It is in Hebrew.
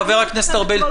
חבר הכנסת ארבל,